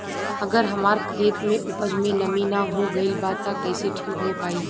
अगर हमार खेत में उपज में नमी न हो गइल बा त कइसे ठीक हो पाई?